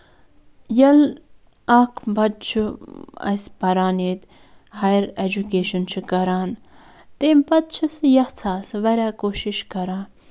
یا اکھ بَچہٕ چھُ اَسہِ پَران ییٚتہِ ہایَر ایٚجوٗکیشَن چھُ کران تیٚمہِ پَتہ چھُ سُہ یَژھان سُہ واریاہ کوٗشِش کران